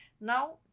Now